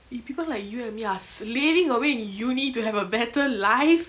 eh people like you and me are slaving away in uni to have a better life